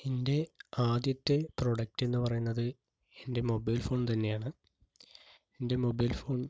എൻ്റെ ആദ്യത്തെ പ്രൊഡക്ട് എന്ന് പറയുന്നത് എൻ്റെ മൊബൈൽ ഫോൺ തന്നെയാണ് എൻ്റെ മൊബൈൽ ഫോൺ